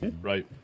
right